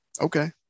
okay